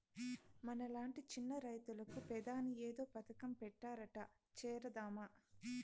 మనలాంటి చిన్న రైతులకు పెదాని ఏదో పథకం పెట్టారట చేరదామా